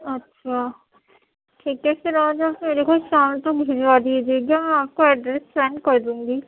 اچھا ٹھیک ہے پھر آج آپ میرے گھر شام تک بھجوا دیجیے گا میں آپ کو ایڈریس سینڈ کر دوں گی